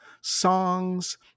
songs